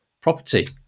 property